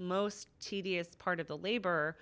most tedious part of the labor